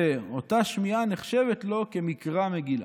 ואותה שמיעה נחשבת לא כמקרא מגילה.